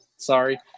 Sorry